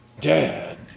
dad